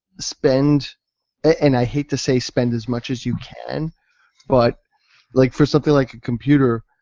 spend and i hate to say spend as much as you can but like for something like a computer,